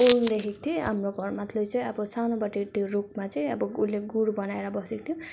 उल्लु देखेको थिएँ हाम्रो घर माथिल्लो चाहिँ अब सानोबटे त्यो रुखमा चाहिँ अब उसले गुड बनाएर बसेको थियो